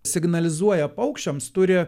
signalizuoja paukščiams turi